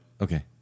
Okay